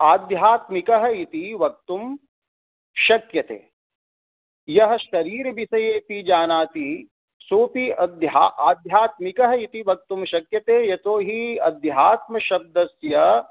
आध्यात्मिकः इति वक्तुं शक्यते यः शरीर् विषयेऽपि जानाति सोऽपि अध्या आध्यात्मिकः इति वक्तुं शक्यते यतो हि अध्यात्मशब्दस्य